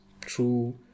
true